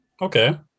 Okay